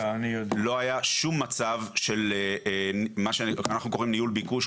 לא היה שום מצב של מה שאנחנו קוראים ניהול ביקוש.